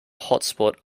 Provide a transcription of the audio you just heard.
hotspot